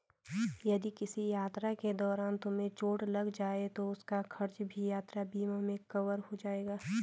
यदि किसी यात्रा के दौरान तुम्हें चोट लग जाए तो उसका खर्च भी यात्रा बीमा में कवर हो जाएगा